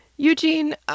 Eugene